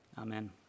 Amen